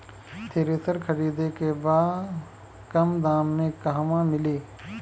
Thresher खरीदे के बा कम दाम में कहवा मिली?